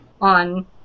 on